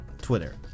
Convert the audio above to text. Twitter